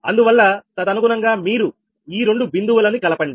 అందువల్ల తదనుగుణంగా మీరు ఈ రెండు బిందుదవులని కలపండి